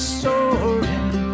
soaring